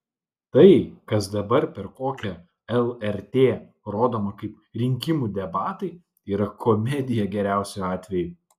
tai kas dabar per kokią lrt rodoma kaip rinkimų debatai yra komedija geriausiu atveju